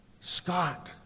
Scott